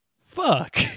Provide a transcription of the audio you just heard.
Fuck